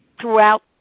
throughout